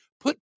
put